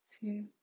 two